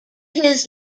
his